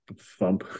thump